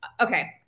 Okay